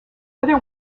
other